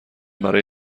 برای